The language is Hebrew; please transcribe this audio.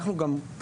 אנחנו גם חושבים,